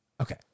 Okay